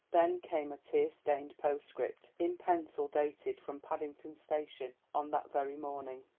then came a tear-stained postscript in pencil dated from paddington station on that very morning.